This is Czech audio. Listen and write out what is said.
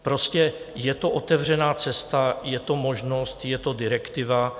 Prostě je to otevřená cesta, je to možnost, je to direktiva.